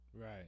Right